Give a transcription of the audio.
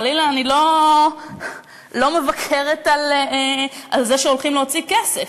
חלילה, אני לא מבקרת את זה שהולכים להוציא כסף.